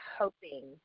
hoping